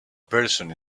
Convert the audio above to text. person